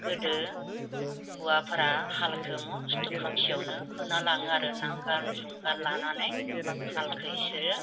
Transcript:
गोदो हौवाफोरा हालखौ मस्थ' खोमसियावनो होना लाङो आरो नांगोल जुंगाल लानानै हालखौ बिसोरो